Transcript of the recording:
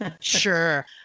Sure